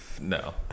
No